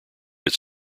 its